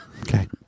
Okay